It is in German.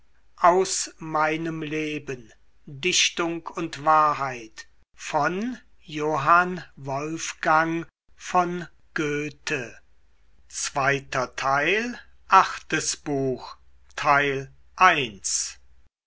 aus meinem leben dichtung und wahrheit